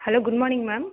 hello good morning ma'am